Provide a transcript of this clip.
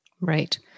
Right